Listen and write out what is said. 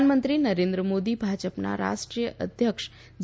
પ્રધાનમંત્રી નરેન્દ્ર મોદી ભાજપના રાષ્ટ્રીય અધ્યક્ષ જે